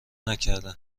نکرده